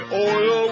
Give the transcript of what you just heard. oil